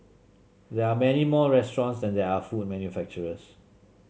there are many more restaurants than there are food manufacturers